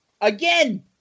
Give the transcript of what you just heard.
again